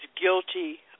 guilty